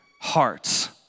heart's